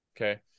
okay